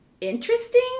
interesting